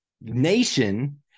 nation